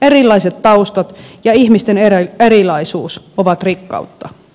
erilaiset taustat ja ihmisten erilaisuus ovat rikkautta